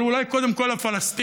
אבל אולי קודם כול לפלסטינים,